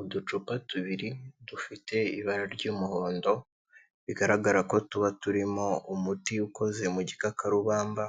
Uducupa tubiri dufite ibara ry'umuhondo bigaragara ko tuba turimo umuti ukoze mu gikakarubamba,